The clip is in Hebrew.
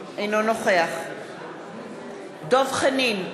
אינו נוכח דב חנין,